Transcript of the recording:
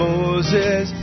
Moses